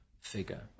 figure